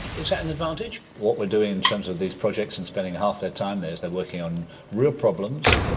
is that an advantage? what we are doing in terms of these projects and spending half their time there is they are working on real problems,